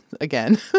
Again